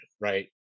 right